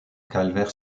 calvaire